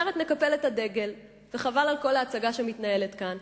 אחרת נקפל את הדגל וחבל על כל ההצגה שמתנהלת כאן.